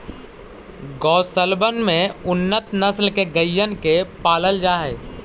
गौशलबन में उन्नत नस्ल के गइयन के पालल जा हई